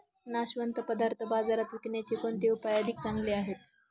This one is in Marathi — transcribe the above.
नाशवंत पदार्थ बाजारात विकण्याचे कोणते उपाय अधिक चांगले आहेत?